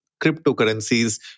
cryptocurrencies